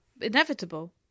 inevitable